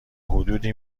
حدودی